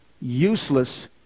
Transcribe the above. useless